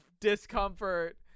Discomfort